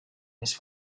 més